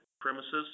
Premises